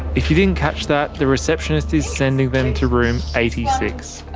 if you didn't catch that, the receptionist is sending them to room eighty six.